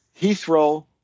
Heathrow